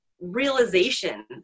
realization